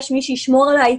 יש מי שישמור עליי,